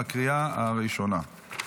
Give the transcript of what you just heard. בקריאה הראשונה.